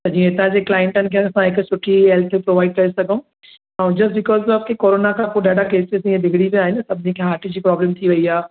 त जीअं हितां जे क्लाइटनि खे असां हिकु सुठी हेल्थ प्रोवाइड करे सघूं ऐं जस्ट बिकोस ऑफ़ की करोना खां पोइ ॾाढा केसिस हीअं बिगड़ी विया आहिनि सभिनि खे हार्ट जी प्रोब्लम थी वेई आहे